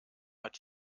hat